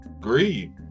Greed